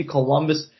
Columbus